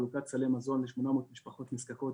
חלוקת סלי מזון ל-800 משפחות נזקקות